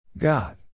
God